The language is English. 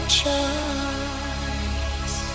choice